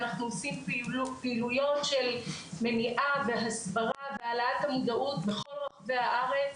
אנחנו עושים פעילויות של מניעה והסברה והעלאת המודעות בכל רחבי הארץ,